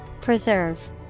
Preserve